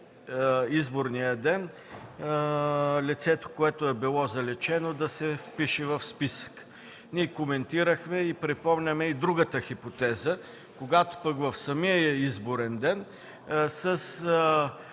изборния ден лицето, което е било заличено, да се впише в списъка. Ние коментирахме и припомняме и другата хипотеза – в самия изборен ден,